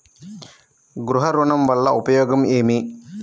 గృహ ఋణం వల్ల ఉపయోగం ఏమి?